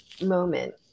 moment